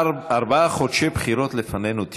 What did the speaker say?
ארבעה חודשי בחירות לפנינו.